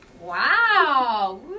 Wow